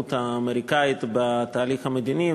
והמעורבות האמריקנית בתהליך המדיני,